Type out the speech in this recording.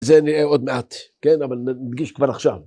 זה נראה עוד מעט, כן? אבל נגיש כבר עכשיו.